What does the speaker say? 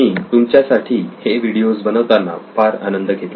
मी तुमच्यासाठी हे व्हिडिओज बनवताना फार आनंद घेतला